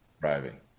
driving